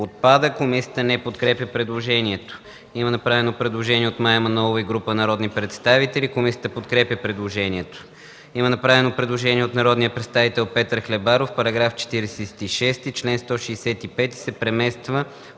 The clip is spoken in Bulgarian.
отпада. Комисията не подкрепя предложението. Има направено предложение от Мая Манолова и група народни представители. Комисията подкрепя предложението. Има предложение от народния представител Петър Хлебаров: „§ 46. Член 165 се премества